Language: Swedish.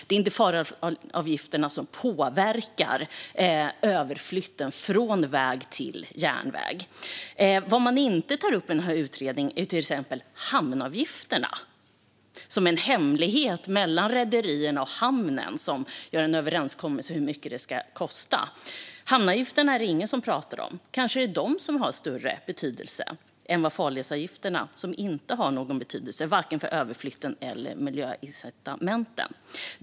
Det är inte farledsavgifterna som påverkar överflytten från väg till sjö. Det man inte tar upp i utredningen är till exempel hamnavgifterna, som är hemliga. Rederierna och hamnen gör en överenskommelse om hur mycket det ska kosta. Hamnavgifterna är det ingen som pratar om. Kanske har de större betydelse än farledsavgifterna, som inte har någon betydelse för vare sig överflytten eller miljöincitamenten?